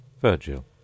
Virgil